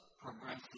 progressive